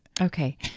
Okay